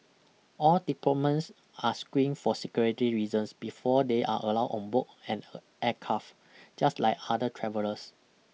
all diplomens are screened for security reasons before they are allowed on boat and a aircraft just like other travellers